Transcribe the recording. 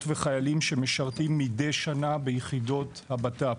וחיילים שמשרתים מדי שנה ביחידות הבט"פ.